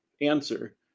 Answer